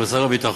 כבוד שר הביטחון,